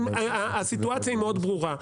הסיטואציה היא מאוד ברורה,